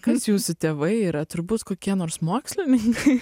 kas jūsų tėvai yra turbūt kokie nors mokslininkai